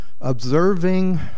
observing